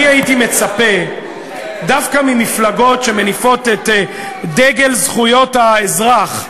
אני הייתי מצפה דווקא ממפלגות שמניפות את דגל זכויות האזרח,